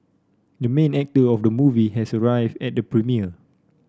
the main actor of the movie has arrived at the premiere